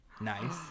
Nice